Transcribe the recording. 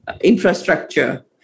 infrastructure